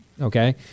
okay